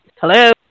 Hello